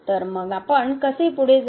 तर मग आपण कसे पुढे जाऊ